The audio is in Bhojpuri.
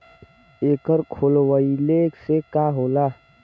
एकर खोलवाइले से का होला?